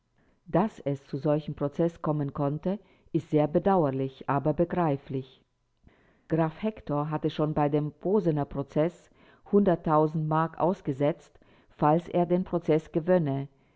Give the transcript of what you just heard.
daß es zu solchem prozeß kommen konnte ist sehr bedauerlich aber begreiflich graf hektor hatte schon bei dem posener prozeß mark ausgesetzt falls er den prozeß gewönne